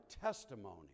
testimony